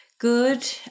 Good